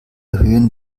erhöhen